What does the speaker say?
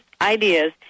ideas